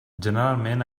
generalment